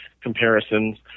comparisons